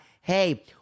hey